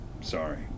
sorry